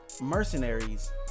mercenaries